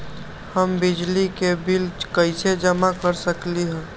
हम बिजली के बिल कईसे जमा कर सकली ह?